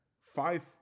five